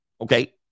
Okay